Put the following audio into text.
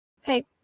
hey